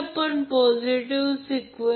2° ampere मिळेल